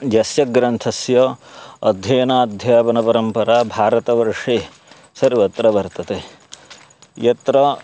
यस्य ग्रन्थस्य अध्ययनाध्यापनपरम्परा भारतवर्षे सर्वत्र वर्तते यत्र